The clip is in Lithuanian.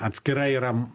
atskirai yra